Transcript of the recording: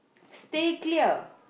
stay clear